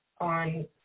on